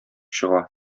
чыга